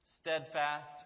Steadfast